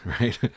right